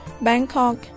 Bangkok